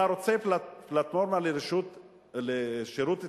אתה רוצה פלטפורמה לשירות הציבורי?